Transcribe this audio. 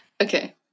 Okay